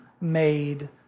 made